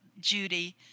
Judy